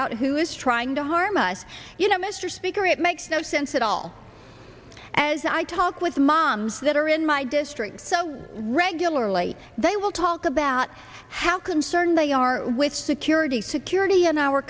out who is trying to harm us you know mr speaker it makes no sense at all as i talk with moms that are in my district so regularly they will talk about how concerned they are with security security in our